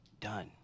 done